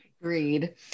agreed